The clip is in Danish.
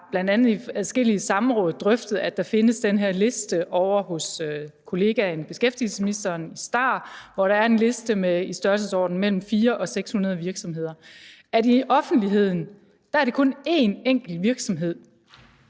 bl.a. i adskillige samråd drøftet, at der findes den her liste ovre hos kollegaen, beskæftigelsesministeren, STAR, hvor der er en liste med i størrelsesordenen 400-600 virksomheder. Men i offentligheden er det kun én enkelt virksomhed,